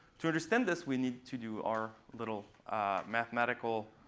to understand this, we need to do our little mathematical